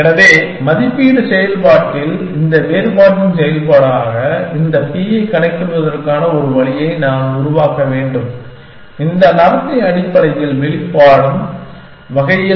எனவே மதிப்பீட்டு செயல்பாட்டில் இந்த வேறுபாட்டின் செயல்பாடாக இந்த p ஐ கணக்கிடுவதற்கான ஒரு வழியை நான் உருவாக்க வேண்டும் இந்த நடத்தை அடிப்படையில் வெளிப்படும் வகையில்